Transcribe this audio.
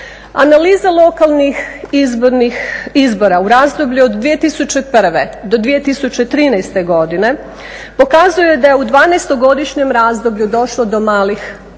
Analiza lokalnih izbora u razdoblju od 2001. do 2013. godine pokazuje da je u 12-godišnjem razdoblju došlo do malih pomaka